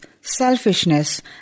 selfishness